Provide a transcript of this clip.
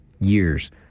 years